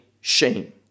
shame